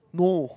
no